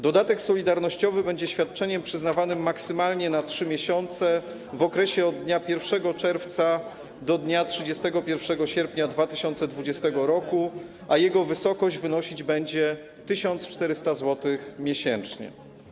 Dodatek solidarnościowy będzie świadczeniem przyznawanym maksymalnie na 3 miesiące w okresie od dnia 1 czerwca do dnia 31 sierpnia 2020 r., a jego wysokość wynosić będzie 1400 zł miesięcznie.